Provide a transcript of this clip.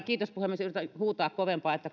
kiitos puhemies yritän huutaa kovempaa että